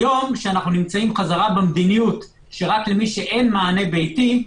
היום כשאנחנו חזרה במדיניות שרק למי שאין מענה ביתי,